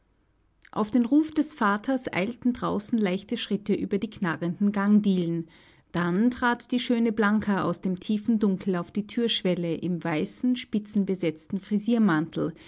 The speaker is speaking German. auf den ruf des vaters eilten draußen leichte schritte über die knarrenden gangdielen dann trat die schöne blanka aus dem tiefen dunkel auf die thürschwelle im weißen spitzenbesetzten